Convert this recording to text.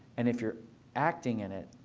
and if you're acting in it,